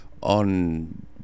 on